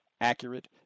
accurate